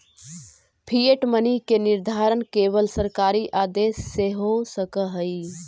fiat money के निर्धारण केवल सरकारी आदेश से हो सकऽ हई